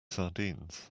sardines